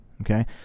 Okay